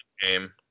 game